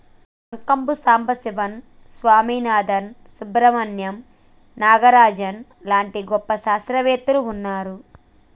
మంకంబు సంబశివన్ స్వామినాధన్, సుబ్రమణ్యం నాగరాజన్ లాంటి గొప్ప శాస్త్రవేత్తలు వున్నారు